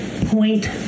point